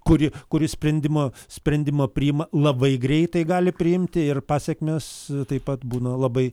kuri kuri sprendimą sprendimą priima labai greitai gali priimti ir pasekmės taip pat būna labai